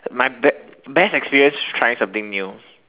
my best best experience trying something new